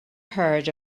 heard